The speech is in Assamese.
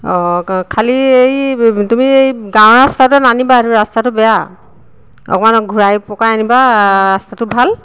অঁ খালি এই তুমি এই গাঁৱৰ ৰাস্তাটোৱে নানিবা এইটো ৰাস্তাটো বেয়া অকণমান ঘূৰাই পকাই আনিবা ৰাস্তাটো ভাল